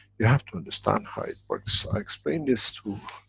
you have to understand how it works. i explained this to.